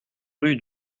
rue